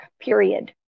period